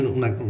una